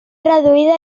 reduïda